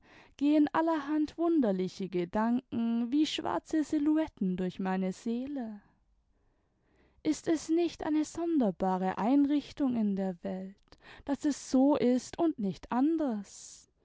gehen allerhand wunderliche gedanken wie schwarze silhouetten durch meine seele ist es nicht eine sonderbare einrichtung in der welt daß es so ist und nicht anders